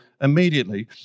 immediately